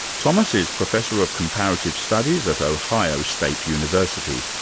thomas is professor of comparative studies at ohio state university.